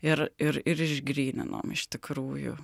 ir ir išgryninom iš tikrųjų